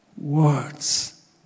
words